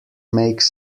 makes